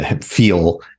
feel